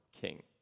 king